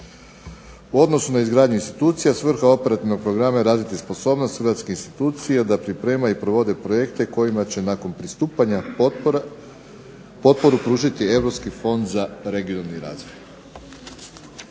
U odnosu na izgradnju institucija svrha operativnog programa je razviti sposobnost Hrvatskih institucija je da pripremaju i provode projekte kojima će nakon pristupanja potporu pružiti Europski fond za regionalni razvoj.